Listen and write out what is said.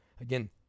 again